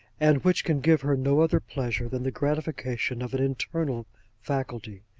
and which can give her no other pleasure than the gratification of an internal faculty.